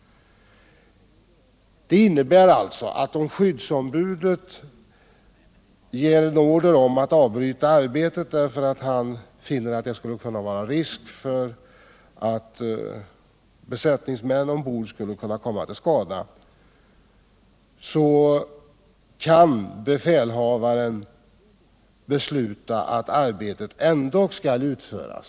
Om skyddsombudet alltså ger order om att arbetet måste avbrytas, därför att han finner att det skulle kunna föreligga risk för att besättningsmän ombord kommer till skada, kan befälhavaren besluta att arbetet trots detta skall utföras.